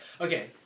Okay